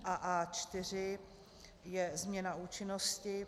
A4 je změna účinnosti.